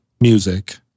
music